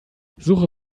suche